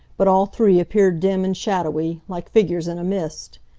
but all three appeared dim and shadowy, like figures in a mist.